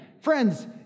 Friends